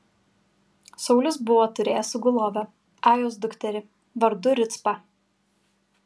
saulius buvo turėjęs sugulovę ajos dukterį vardu ricpą